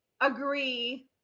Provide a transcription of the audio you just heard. agree